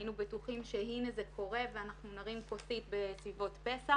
היינו בטוחים שהנה זה קורה ואנחנו נרים כוסית בסביבות פסח.